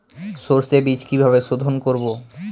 সর্ষে বিজ কিভাবে সোধোন করব?